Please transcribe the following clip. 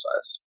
size